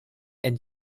and